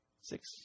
six